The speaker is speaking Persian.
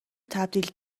تبدیل